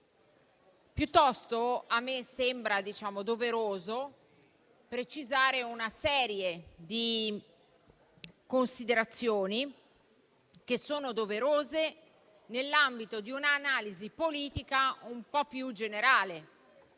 a me sembra opportuno precisare una serie di considerazioni doverose nell'ambito di un'analisi politica un po' più generale.